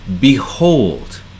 Behold